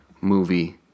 movie